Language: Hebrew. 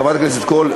חברת הכנסת קול,